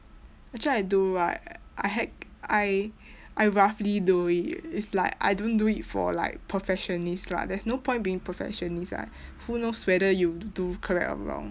actually I do right I had I I roughly do it it's like I don't do it for like perfectionist lah there's not point being perfectionist ah who knows whether you do correct or wrong